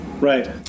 Right